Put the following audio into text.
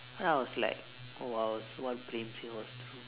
and I was like oh !wow! so what praem say was true